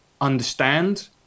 understand